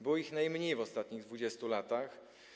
Było ich najmniej w ostatnich 20 latach.